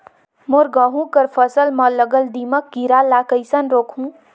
मोर गहूं कर फसल म लगल दीमक कीरा ला कइसन रोकहू?